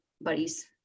buddies